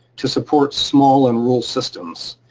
to support small and rural systems.